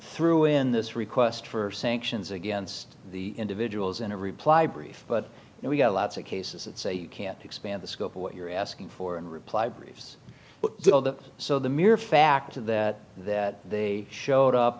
threw in this request for sanctions against the individuals in a reply brief but we got lots of cases that say you can't expand the scope of what you're asking for in reply briefs but the so the mere fact of that that they showed up